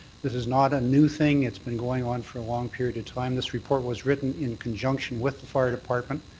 this is not a new thing. it's been going on for a long period of time. this report was written in conjunction with the fire department.